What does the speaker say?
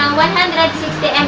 one hundred and sixty and